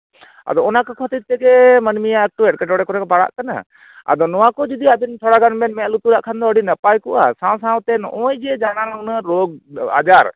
ᱟᱫᱚ ᱚᱱᱟ ᱠᱚ ᱠᱷᱟᱹᱛᱤᱨ ᱛᱮᱜᱮ ᱢᱟᱰᱹᱱᱢᱤ ᱮᱠᱴᱩ ᱮᱴᱠᱮᱴᱚᱬᱮ ᱨᱮᱠᱚ ᱯᱟᱲᱟᱜ ᱠᱟᱱᱟ ᱟᱫᱚ ᱱᱚᱣᱟ ᱠᱚ ᱡᱩᱫᱤ ᱟᱵᱮᱱ ᱛᱷᱚᱲᱟ ᱜᱟᱱ ᱵᱮᱱ ᱢᱮᱸᱫ ᱞᱩᱛᱩᱨᱟᱜ ᱠᱷᱟᱱ ᱫᱚ ᱟᱹᱰᱤ ᱱᱟᱯᱟᱭ ᱠᱚᱜᱼᱟ ᱥᱟᱶᱼᱥᱟᱶᱛᱮ ᱱᱚᱜᱼᱚᱭ ᱡᱮ ᱱᱟᱱᱟᱦᱩᱱᱟᱹᱨ ᱩᱱᱟᱹᱜ ᱨᱳᱜᱽ ᱟᱡᱟᱨ